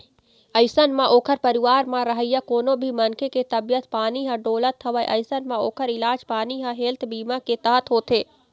अइसन म ओखर परिवार म रहइया कोनो भी मनखे के तबीयत पानी ह डोलत हवय अइसन म ओखर इलाज पानी ह हेल्थ बीमा के तहत होथे